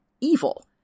evil